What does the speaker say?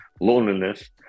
loneliness